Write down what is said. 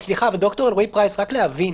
סליחה, ד"ר אלרעי פרייס, רק להבין.